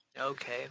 Okay